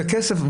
בכסף,